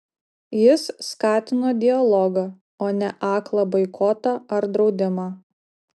jis skatino dialogą o ne aklą boikotą ar draudimą